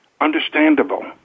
Understandable